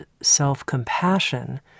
self-compassion